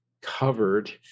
covered